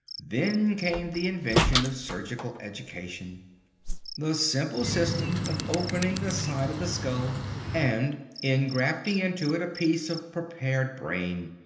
then came the invention of surgical education the simple system of opening the side of the skull and engrafting into it a piece of prepared brain.